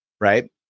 Right